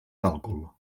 càlcul